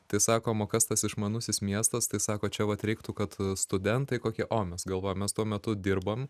tai sakom o kas tas išmanusis miestas tai sako čia vat reiktų kad studentai kokie o mes galvojom mes tuo metu dirbom